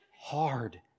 hard